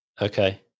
Okay